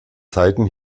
zeiten